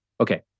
Okay